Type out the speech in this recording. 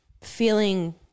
feeling